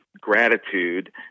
gratitude